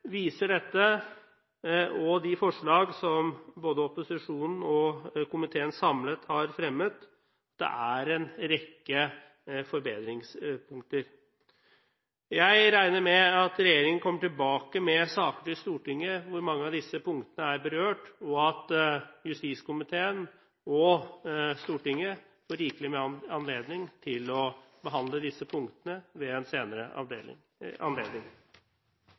viser dette, og de forslag som både opposisjonen og komiteen samlet har fremmet, at det er en rekke forbedringspunkter. Jeg regner med at regjeringen kommer tilbake med saker i Stortinget hvor mange av disse punktene er berørt, og at justiskomiteen og Stortinget får rikelig anledning til å behandle disse punktene ved en senere anledning.